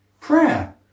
Prayer